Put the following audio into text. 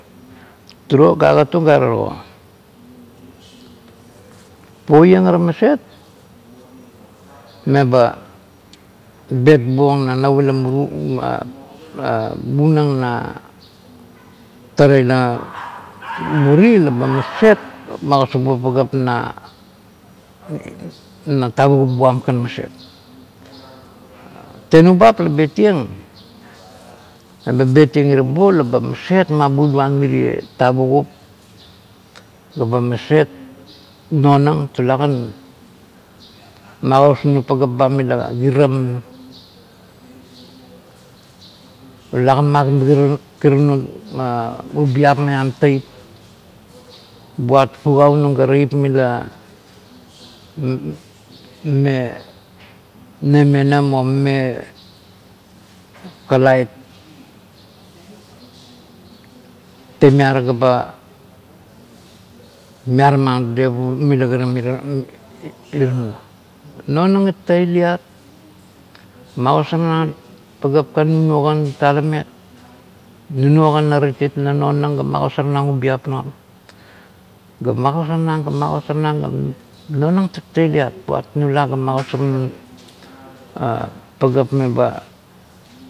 Turuo la agatung gare tago puoiong ara maset meba batbuong na nap ila muri "hesitation, ha" bunang na tara ila muri laba maset magosar buong pagap na tavugup buam kan maset. Tenubap la bet ieng, eba bet ieng irabue la ba maset ma buluan mirie tavugup ga ba maset nonang. Tulakan magosar nung pagap ba mila kinam, talakan ma giraranung ubiap maiam teip, buat fugaunung ga teip mila mame nemena, o mame kalait temiara ga ba miaramam dadevup mila kiram ina nuo. Nonang it tatailit, magosarnang pagap nunuo kan talamet. Nunuo kan narit it la nonang ga magosarmang ubiap nuang, magosarnang ga magosarnang ga nonang tatailiat buat nula ga magosarnang pagap meba